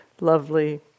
Lovely